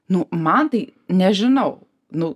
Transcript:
nu man tai nežinau nu